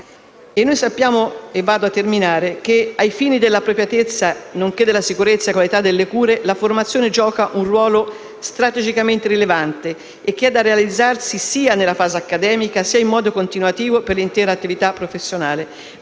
Noi sappiamo che, ai fini della appropriatezza nonché della sicurezza e qualità delle cure, la formazione gioca un ruolo strategicamente rilevante e che è da realizzarsi sia nella fase accademica che, in modo continuativo, per l'intera attività professionale.